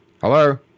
Hello